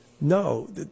No